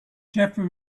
jeffery